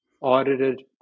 audited